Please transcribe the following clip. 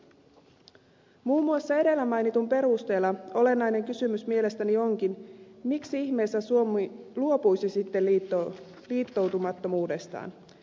muun muassa edellä mainitun perusteella olennainen kysymys mielestäni onkin miksi ihmeessä suomi luopuisi sitten liittoutumattomuudestaan